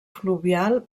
fluvial